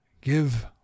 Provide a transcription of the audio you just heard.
Give